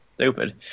stupid